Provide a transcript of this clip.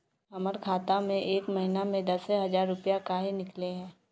हमर खाता में एक महीना में दसे हजार रुपया काहे निकले है?